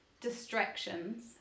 distractions